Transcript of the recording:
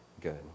good